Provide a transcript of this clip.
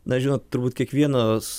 na žinot turbūt kiekvienas